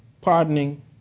Pardoning